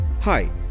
Hi